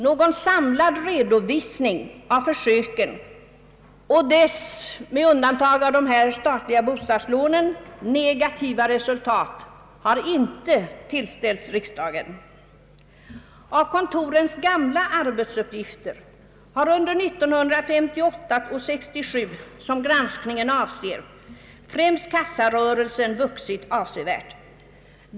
Någon samlad redovisning av försöken och deras — med undantag för de statliga bostadslånen — negativa resultat har inte tillställts riksdagen. Av kontorens gamla arbetsuppgifter har — under åren 1958—1967 som granskningen avser — främst kassarörelsen vuxit avsevärt.